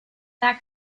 that